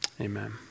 Amen